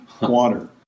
water